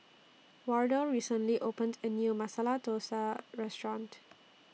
Wardell recently opened A New Masala Dosa Restaurant